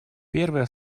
первая